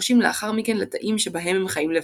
ופורשים לאחר מכן לתאים שבהם הם חיים לבדם.